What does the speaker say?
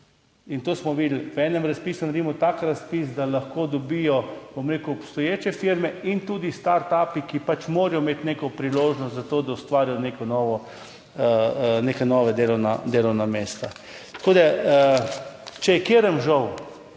in to smo videli, v enem razpisu naredimo tak razpis, da lahko dobijo, bom rekel, obstoječe firme in tudi startupi, ki pač morajo imeti neko priložnost za to, da ustvarijo neka nova delovna mesta. Če je komu žal,